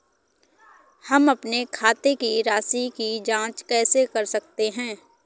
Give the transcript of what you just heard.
हम अपने खाते की राशि की जाँच कैसे कर सकते हैं?